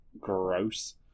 gross